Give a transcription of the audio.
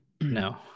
no